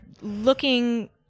looking